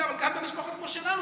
אבל גם במשפחות כמו שלנו,